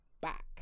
back